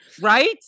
Right